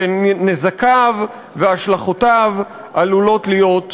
שנזקיו והשלכותיו עלולים להיות קשים.